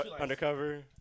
Undercover